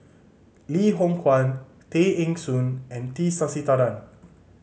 Loh Hoong Kwan Tay Eng Soon and T Sasitharan